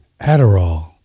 Adderall